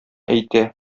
әйтә